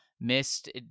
missed